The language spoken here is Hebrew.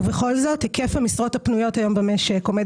ובכל זאת היקף המשרות הפנויות היום במשק עומד